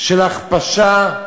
של הכפשה.